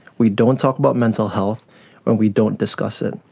we don't talk about mental health and we don't discuss it.